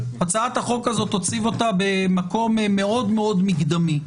הצעת החוק הזאת תציב אותה במקום מאוד מאוד מקדמי.